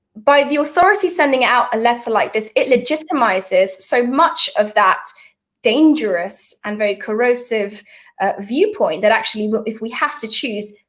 by the authorities sending out a letter like this, it legitimizes so much of that dangerous and very corrosive viewpoint. that actually but if we have to choose,